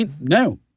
no